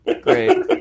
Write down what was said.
Great